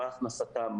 מה הכנסתם,